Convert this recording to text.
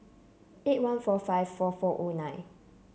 eight one four five four four O nine